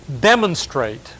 demonstrate